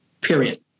period